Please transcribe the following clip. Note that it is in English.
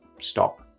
stop